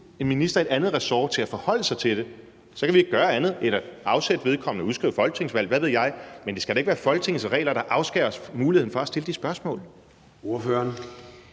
nu minister i et andet ressort til at forholde sig til det? Så kan vi ikke gøre andet end at afsætte vedkommende, udskrive folketingsvalg, hvad ved jeg. Men det skal da ikke være Folketingets regler, der afskærer os fra muligheden for at stille de spørgsmål.